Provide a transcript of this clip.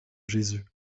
jésus